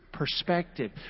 Perspective